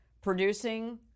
producing